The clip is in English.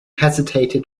hesitated